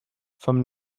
from